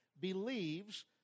believes